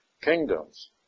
kingdoms